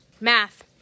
Math